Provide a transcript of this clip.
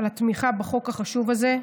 על תמיכה בחוק החשוב הזה,